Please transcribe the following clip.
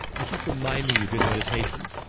i keep reminding you during the meditation,